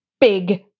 big